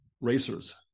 racers